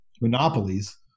monopolies